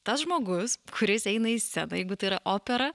tas žmogus kuris eina į sceną jeigu tai yra opera